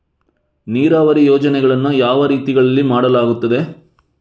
ನೀರಾವರಿ ಯೋಜನೆಗಳನ್ನು ಯಾವ ರೀತಿಗಳಲ್ಲಿ ಮಾಡಲಾಗುತ್ತದೆ?